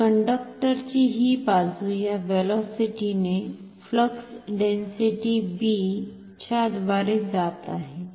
तर कंडक्टरची ही बाजू या व्हेलॉसिटीने फ्लक्स डेन्सिटि बी च्याव्दारे जात आहे